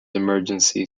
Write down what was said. emergency